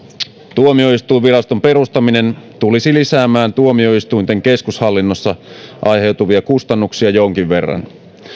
tuomioistuinviraston perustaminen tulisi lisäämään tuomioistuinten keskushallinnosta aiheutuvia kustannuksia jonkin verran